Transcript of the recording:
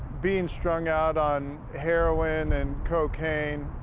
being strung out on heroin and cocaine,